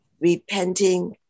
repenting